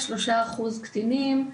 3% קטינים,